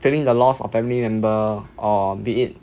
feeling the lost of family member or be it